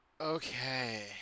Okay